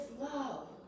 love